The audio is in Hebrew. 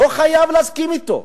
לא חייב להסכים אתו,